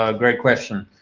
um great question.